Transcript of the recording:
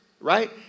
Right